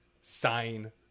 sign